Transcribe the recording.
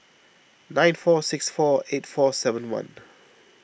nine four six four eight four seven one